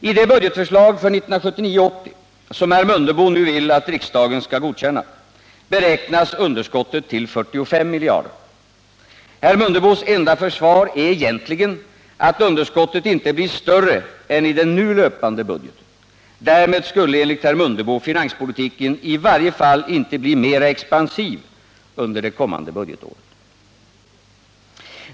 I det budgetförslag för 1979/80 som herr Mundebo nu vill att riksdagen skall godkänna beräknas underskottet till 45 miljarder. Herr Mundebos enda försvar är egentligen att underskottet inte blir större än i den nu löpande budgeten. Därmed skulle enligt herr Mundebo finanspolitiken i varje fall inte bli mera expansiv under det kommande budgetåret.